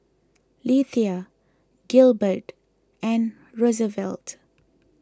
Lethia Gilbert and Rosevelt